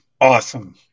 Awesome